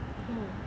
oh